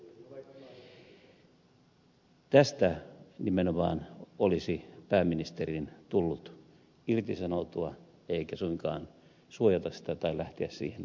nimenomaan tästä olisi pääministerin tullut irtisanoutua eikä suinkaan olisi pitänyt suojata sitä tai lähteä siihen mukaan